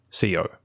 co